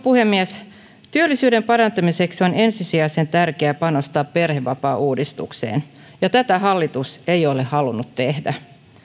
puhemies työllisyyden parantamiseksi on ensisijaisen tärkeää panostaa perhevapaauudistukseen ja tätä hallitus ei ole halunnut tehdä